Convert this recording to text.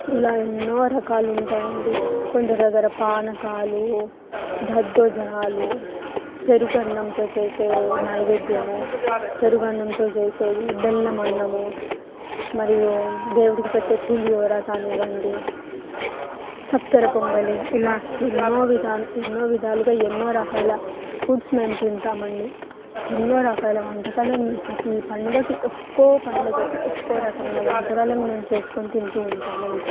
ఇలా ఎన్నో రకాలు ఉంటాయండి కొందరి దగ్గర పానకాలు దద్దోజనాలు పెరుగు అన్నంతో చేసే నైవేద్యము పెరుగు అన్నంతో చేసేది బెల్లం అన్నము మరియు దేవుడికి పెట్టే పులిహోర కానివ్వండి చక్కెర పొంగలి ఇలా ఎన్నో విధాన ఎన్నో విధాలుగా ఎన్నో రకాల ఫుడ్స్ మేము తింటామండి ఎన్నో రకాల వంటకాలను మేము ప్రతి పండగకి ఒక్కో పండక్కి ఒక్కో రకమైన వంటకాలను మేము చేసుకొని తింటు ఉంటాం అండి